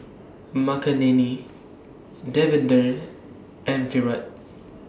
Makineni Davinder and Virat